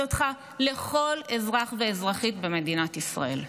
אותך לכל אזרח ואזרחית במדינת ישראל.